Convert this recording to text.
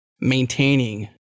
maintaining